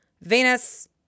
Venus